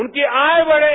उनकी आय बढ़े